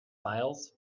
files